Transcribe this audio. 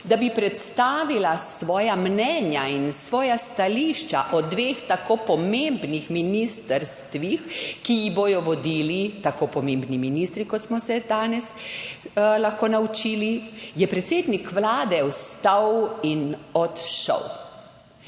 da bi predstavila svoja mnenja in svoja stališča o dveh tako pomembnih ministrstvih, ki jih bodo vodili tako pomembni ministri, kot smo se danes lahko naučili, je predsednik vlade vstal in odšel.